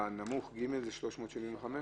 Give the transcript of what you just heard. הנמוך, שזה ג', זה 375?